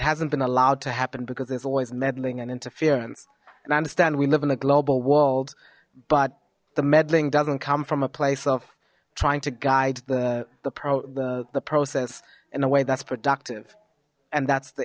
hasn't been allowed to happen because there's always meddling and interference and i understand we live in a global world but the meddling doesn't come from a place of trying to guide the the the process in a way that's productive and that's the